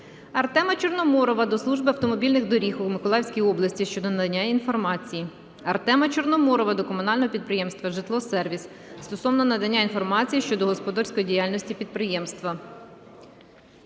Артема Чорноморова до Служби автомобільних доріг у Миколаївській області щодо надання інформації. Артема Чорноморова до комунального підприємства "Житло-сервіс" стосовно надання інформації щодо господарської діяльності підприємства.